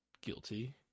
guilty